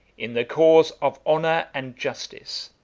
in the cause of honor and justice,